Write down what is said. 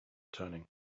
returning